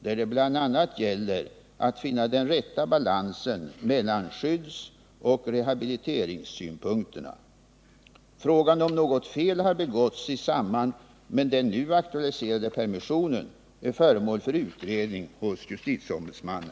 där det bl.a. gäller att finna den rätta balansen mellan skyddsoch rehabiliteringssynpunkterna. Frågan om något fel har begåtts i samband med den nu aktualiserade permissionen är föremål för utredning hos justitieombudsmannen.